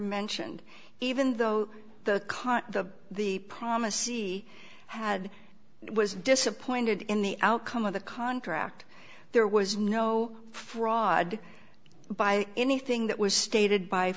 mentioned even though the con the the promise she had was disappointed in the outcome of the contract there was no fraud by anything that was stated by